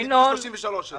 33,000 קיבלו.